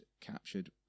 captured